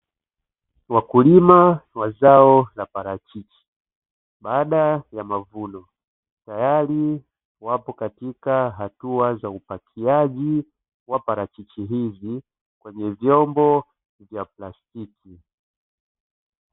Wakulima wa zao la parachichi baada ya mavuno tayari wapo katika hatua za upakiaji wa parachichi hizi kwenye vyombo vya plastiki.